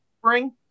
spring